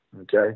Okay